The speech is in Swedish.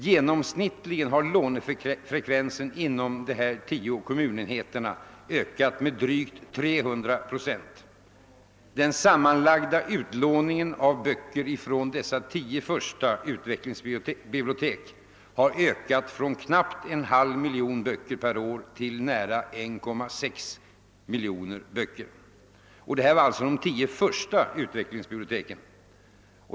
Genomsnittligen har lånefrekvensen inom de tio kommunenheterna ökat med drygt 300 procent, och den sammanlagda utlåningen har ökat med knappt en halv miljon böcker per år till nära 1,6 miljoner böcker. Detta var alltså de tio första utvecklingsbiblioteken.